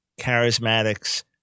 charismatics